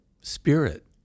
spirit